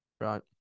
Right